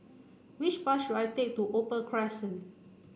which bus should I take to Opal Crescent